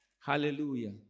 Hallelujah